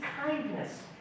kindness